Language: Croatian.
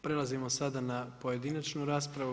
Prelazimo sada na pojedinačnu raspravu.